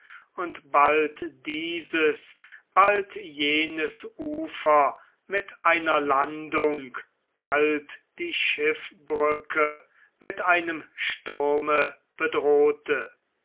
und bald dieses bald jenes ufer mit einer landung bald die schiffbrücke mit einem sturme bedrohte